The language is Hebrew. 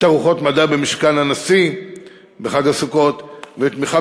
תערוכות מדע במשכן הנשיא בחג הסוכות ותמיכה